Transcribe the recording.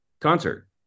concert